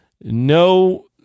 no